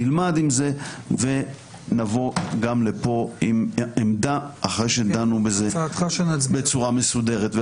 נלמד את זה ונבוא גם לפה עם עמדה אחרי שדנו בזה בצורה מסודרת.